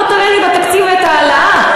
בוא תראה לי בתקציב את ההעלאה.